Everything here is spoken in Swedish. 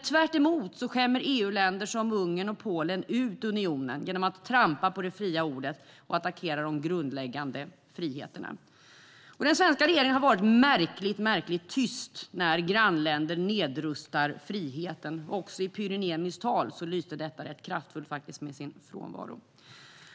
Tvärtemot skämmer EU-länder som Ungern och Polen ut unionen genom att trampa på det fria ordet och attackera de grundläggande friheterna. Den svenska regeringen har varit märkligt tyst när grannländer nedrustar friheten. Också i Pyry Niemis tal lyste detta kraftfullt med sin frånvaro.